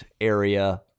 area